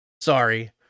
sorry